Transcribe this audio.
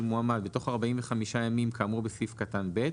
מועמד בתוך 45 ימים כאמור בסעיף קטן (ב),